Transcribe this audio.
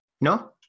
No